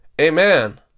Amen